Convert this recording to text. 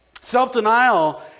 Self-denial